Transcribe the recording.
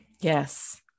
Yes